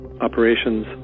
operations